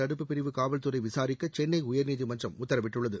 தடுப்புப் பிரிவு காவல்துறை விசாரிக்க சென்னை உயர்நீதிமன்றம் உத்தரவிட்டுள்ளது